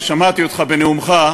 ושמעתי אותך בנאומך,